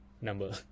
number